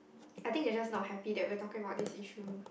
I think they just not happy that we are talking about this issue